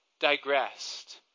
digressed